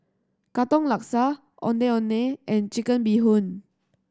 Katong Laksa Ondeh Ondeh and Chicken Bee Hoon